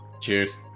Cheers